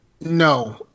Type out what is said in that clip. no